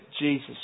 Jesus